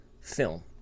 film